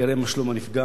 יראה מה שלום הנפגע,